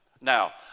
Now